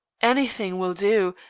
anything will do,